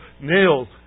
nails